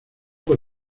por